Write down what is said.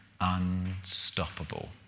unstoppable